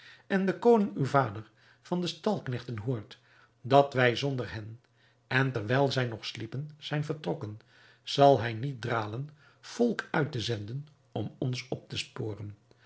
en de koning uw vader van de stalknechten hoort dat wij zonder hen en terwijl zij nog sliepen zijn vertrokken zal hij niet dralen volk uit te zenden om ons op te sporen